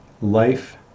life